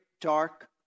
dark